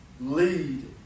lead